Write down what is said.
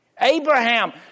Abraham